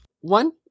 One